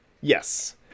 Yes